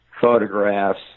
photographs